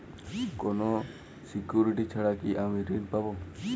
কোনো সিকুরিটি ছাড়া কি আমি ঋণ পাবো?